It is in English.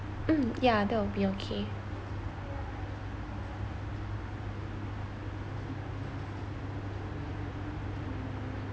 mm ya that'll be okay